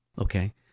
okay